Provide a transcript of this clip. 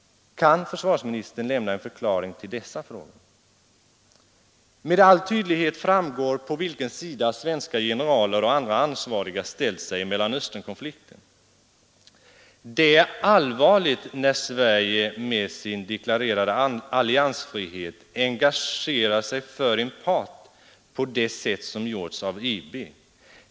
Kan försvarsministern lämna en förklaring till dessa frågor? Med all tydlighet framgår på vilken sida svenska generaler och andra ansvariga ställt sig i Mellanösternkonflikten. Det är allvarligt när Sverige med sin deklarerade alliansfrihet engagerar sig för en part på det sätt som gjorts av IB.